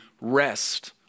rest